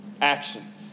action